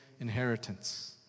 inheritance